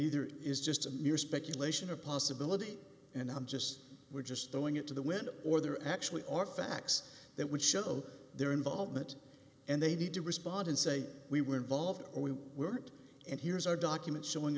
either is just a mere speculation a possibility and i'm just we're just throwing it to the wind or there actually are facts that would show their involvement and they need to respond and say we were involved or we weren't and here's our documents showing